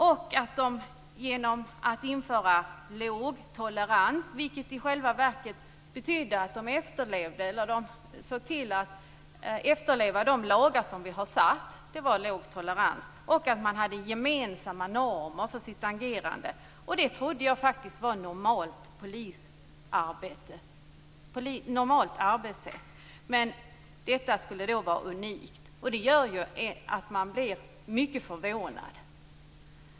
Man införde vad man kallade "låg tolerans", vilket i själva verket betydde att man såg till att efterleva de lagar som finns och att man såg till att ha gemensamma normer för sitt agerande. Jag trodde faktiskt att det var ett normalt arbetssätt för polisen, men detta skulle alltså vara unikt. Det gör mig mycket förvånad.